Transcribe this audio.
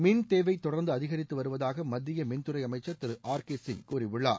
மின் தேவை தொடர்ந்து அதிகரித்து வருவதாக மத்திய மின்துறை அமைச்சர் திரு ஆர் கே சிங் கூறியுள்ளார்